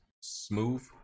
Smooth